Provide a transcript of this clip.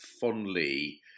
fondly